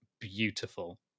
beautiful